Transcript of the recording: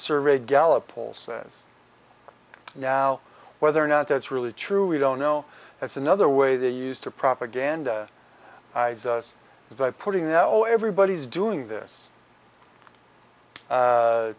survey gallup poll says now whether or not that's really true we don't know that's another way they used to propaganda is by putting our everybody's doing this